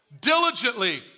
Diligently